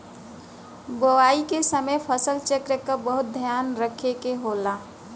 बोवाई के समय फसल चक्र क बहुत ध्यान रखे के होला